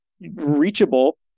reachable